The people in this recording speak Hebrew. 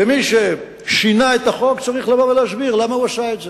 מי ששינה את החוק צריך לבוא ולהסביר למה הוא עשה את זה.